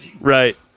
Right